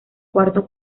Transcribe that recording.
cuarto